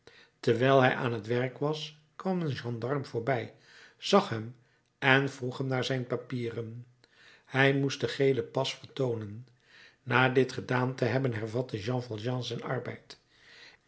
terwijl hij aan t werk was kwam een gendarm voorbij zag hem en vroeg hem naar zijn papieren hij moest den gelen pas vertoonen na dit gedaan te hebben hervatte jean valjean zijn arbeid